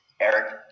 Eric